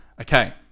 Okay